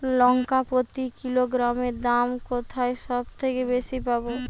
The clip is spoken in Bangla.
লঙ্কা প্রতি কিলোগ্রামে দাম কোথায় সব থেকে বেশি পাব?